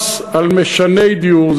מס על משני דיור,